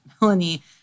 Melanie